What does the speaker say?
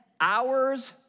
hours